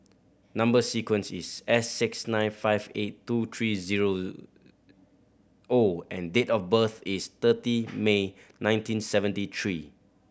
number sequence is S six nine five eight two three zero O and date of birth is thirty May nineteen seventy three